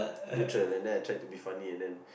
neutral and then I tried to be funny at then